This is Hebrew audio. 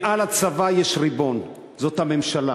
מעל הצבא יש ריבון, זאת הממשלה.